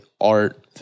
art